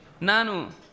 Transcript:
nanu